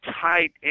tight